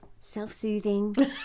self-soothing